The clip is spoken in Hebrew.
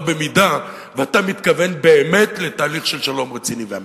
במידה שאתה מתכוון באמת לתהליך של שלום רציני ואמיתי.